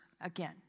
Again